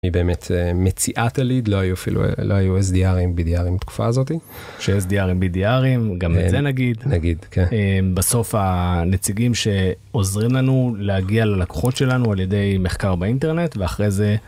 היא באמת מציעה את הליד לא היו אפילו לא היו SDR -ים BDR -ים תקופה הזאתי שSDR -ים BDR -ים גם את זה נגיד נגיד בסוף הנציגים שעוזרים לנו להגיע ללקוחות שלנו על ידי מחקר באינטרנט ואחרי זה.